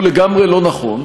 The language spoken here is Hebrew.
הוא לגמרי לא נכון,